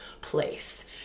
place